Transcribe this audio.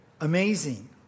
Amazing